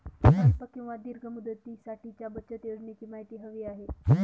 अल्प किंवा दीर्घ मुदतीसाठीच्या बचत योजनेची माहिती हवी आहे